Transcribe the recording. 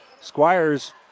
Squires